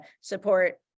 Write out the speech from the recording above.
support